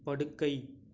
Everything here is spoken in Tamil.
படுக்கை